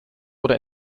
oder